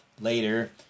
later